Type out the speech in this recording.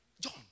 John